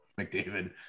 McDavid